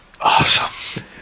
awesome